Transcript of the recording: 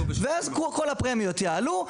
ואז כל הפרמיות יעלו,